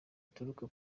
ruturuka